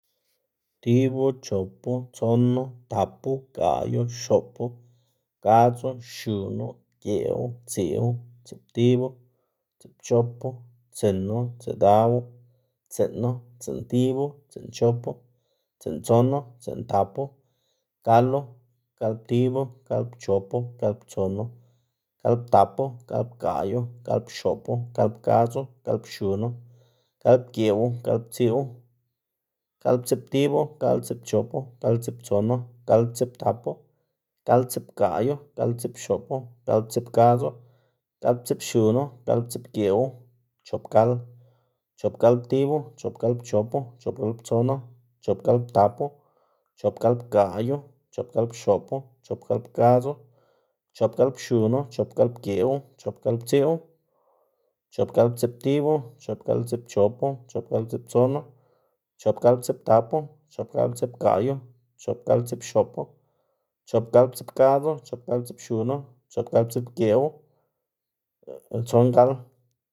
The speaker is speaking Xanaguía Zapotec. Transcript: Tibu, chopu, tsonu, tapu, gaꞌyu, xopu, gadzu, xunu, geꞌwu, tsiꞌwu, tsiꞌptibu, tsiꞌpchopu, tsinu, tsiꞌdawu, tsiꞌnu, tsiꞌntib, tsiꞌnchopu, tsiꞌntsonu, tsiꞌntapu, galu, galptibu, galpchopu, galptsonu, galptapu, galpgaꞌyu, galpxoꞌpu, galpgadzu, galpxunu, galpgeꞌwu, galptsiꞌwu, galptsiꞌptibu, galptsiꞌpchopu, galptsiꞌptsonu, galptsiꞌptapu, galptsiꞌpgaꞌyu, galptsiꞌpxopu, galptsiꞌpgadzu, galptsiꞌpxunu, galptsiꞌpgeꞌwu, chopgal, chopgalptibu, chopgalpchopu, chopgalptson, chopgalptapu, chopgalpgaꞌyu, chopgalpxopu, chopgalpgadz, chopgalpxunu, chopgalpgeꞌwu, chopgalptsiꞌwu, chopgalptsiꞌptibu, chopgalptsiꞌpchopu, chopgalptsiꞌptsonu, chopgalptsiꞌptapu, chopgalptsiꞌpgaꞌyu, chopgalptsiꞌpxopu, chopgalptsiꞌpgadzu, chopgalptsiꞌpxunu, chopgalptsiꞌpgeꞌwu, tsongal.